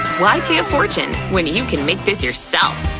why pay a fortune, when you can make this yourself?